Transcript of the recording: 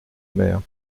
mère